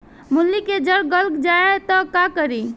मूली के जर गल जाए त का करी?